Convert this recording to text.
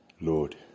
Lord